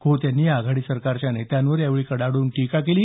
खोत यांनी आघाडी सरकारच्या नेत्यांवर कडाडून टीका केली